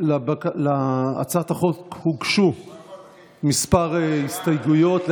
להצעת החוק הוגשו כמה הסתייגויות.